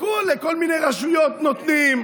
לכל מיני רשויות נותנים,